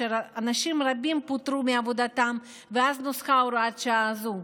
שבה אנשים רבים פוטרו מעבודתם ואז נוסחה הוראת השעה הזו,